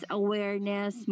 awareness